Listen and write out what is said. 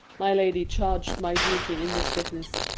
my lady charg'd my duty in this business.